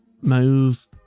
move